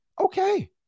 okay